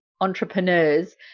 entrepreneurs